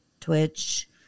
twitch